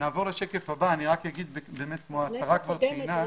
בכנסת הקודמת,